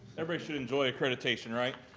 everybody should enjoy accreditation, right?